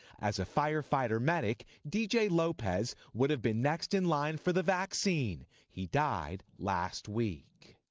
as a firefighter medic, d j. lopez would have been next in line for the vaccine. he died last week.